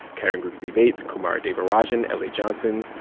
karen grigsby bates, kumari devarajan, la johnson,